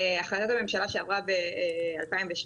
החלטת הממשלה שעברה ב-2017,